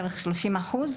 ה-30% בערך,